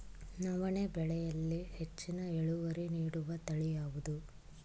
ನವಣೆ ಬೆಳೆಯಲ್ಲಿ ಹೆಚ್ಚಿನ ಇಳುವರಿ ನೀಡುವ ತಳಿ ಯಾವುದು?